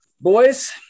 Boys